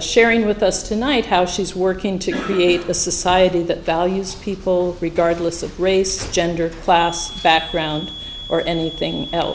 sharing with us tonight how she's working to create a society that values people regardless of race gender class background or anything else